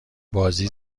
بازی